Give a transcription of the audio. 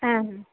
হ্যাঁ হুম